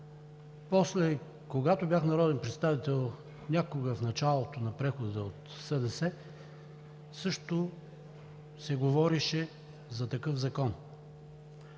После, когато бях народен представител от СДС в началото на прехода, също се говореше за такъв закон.